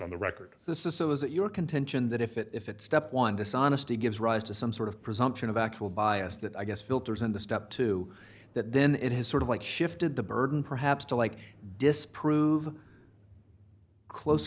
on the record this is so is it your contention that if it if it step one dishonesty gives rise to some sort of presumption of actual bias that i guess filters and the step to that then it has sort of like shifted the burden perhaps to like disprove close